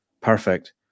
perfect